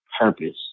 purpose